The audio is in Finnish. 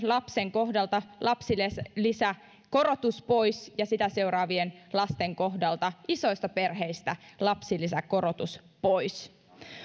lapsen kohdalta lapsilisäkorotus pois ja sitä seuraavien lasten kohdalta isoista perheistä lapsilisäkorotus pois